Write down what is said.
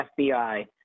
FBI